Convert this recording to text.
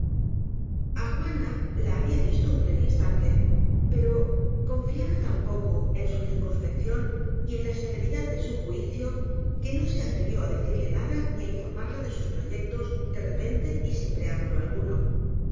á juana la había visto un breve instante pero confiaba tan poco en su circunspección y en la serenidad de su juicio que no se atrevió á decirle nada ni á informarla de sus proyectos de repente y sin preámbulo alguno